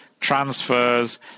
transfers